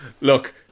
look